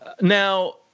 Now